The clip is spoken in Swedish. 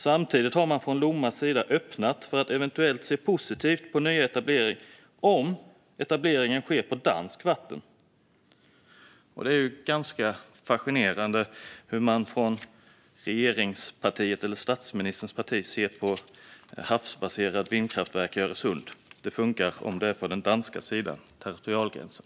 Samtidigt har Lomma öppnat för att eventuellt se positivt på nyetablering om etableringen sker på danskt vatten. Det är fascinerande hur man från statsministerns parti ser på havsbaserade vindkraftverk i Öresund. Det funkar om det är på den danska sidan av territorialgränsen.